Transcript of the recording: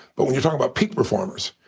but when you're talking about peaked performers,